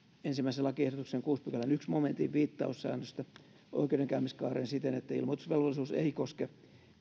ensimmäisen lakiehdotuksen kuudennen pykälän ensimmäisen momentin viittaussäännöstä oikeudenkäymiskaareen siten että ilmoitusvelvollisuus ei koske